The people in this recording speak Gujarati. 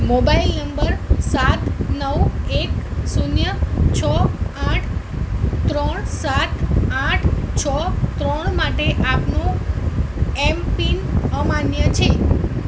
મોબાઈલ નંબર સાત નવ એક શૂન્ય છો આઠ ત્રણ સાત આઠ છ ત્રણ માટે આપનો એમ પિન અમાન્ય છે